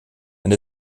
and